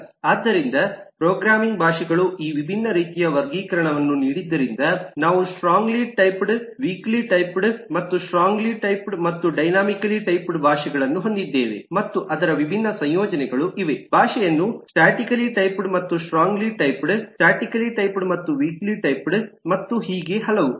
ಆದ್ದರಿಂದ ಪ್ರೋಗ್ರಾಮಿಂಗ್ ಭಾಷೆಗಳು ಈ ವಿಭಿನ್ನ ರೀತಿಯ ವರ್ಗೀಕರಣವನ್ನು ನೀಡಿದ್ದರಿಂದ ನಾವು ಸ್ಟ್ರಾಂಗಲಿ ಟೈಪ್ಡ್ ವೀಕ್ಲಿಟೈಪ್ಡ್ ಮತ್ತು ನಾವು ಸ್ಟಾಟಿಕಲಿ ಟೈಪ್ಡ್ ಮತ್ತು ಡೈನಾಮಿಕಲಿ ಟೈಪ್ಡ್ ಭಾಷೆಗಳನ್ನು ಹೊಂದಿದ್ದೇವೆ ಮತ್ತು ಅದರ ವಿಭಿನ್ನ ಸಂಯೋಜನೆಗಳು ಇವೆಭಾಷೆಯನ್ನು ಸ್ಟಾಟಿಕಲಿ ಟೈಪ್ಡ್ ಮತ್ತು ಸ್ಟ್ರಾಂಗಲಿ ಟೈಪ್ಡ್ ಸ್ಟಾಟಿಕಲಿ ಟೈಪ್ಡ್ ಮತ್ತು ವೀಕ್ಲಿಟೈಪ್ಡ್ ಮತ್ತು ಹೀಗೆ ಹಲವು